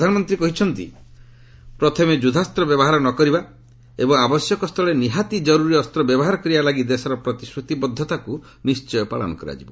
ପ୍ରଧାନମନ୍ତ୍ରୀ କହିଛନ୍ତି ପ୍ରଥମେ ଯୁଦ୍ଧାସ୍ତ ବ୍ୟବହାର ନ କରିବା ଏବଂ ଆବଶ୍ୟକସ୍ଥଳେ ନିହାତି ଜରୁରୀ ଅସ୍ତ ବ୍ୟବହାର କରିବା ଲାଗି ଦେଶର ପ୍ରତିଶ୍ରତିବଦ୍ଧତାକୁ ନିି୍୍ୟୟ ପାଳନ କରାଯିବ